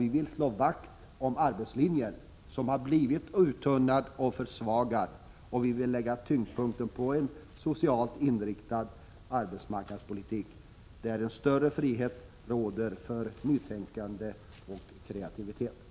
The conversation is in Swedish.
Vi vill slå vakt om arbetslinjen, som har blivit uttunnad och försvagad. Vi vill lägga tyngdpunkten på en socialt inriktad arbetsmarknadspolitik, där en större frihet för nytänkande och kreativitet råder.